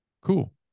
cool